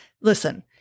Listen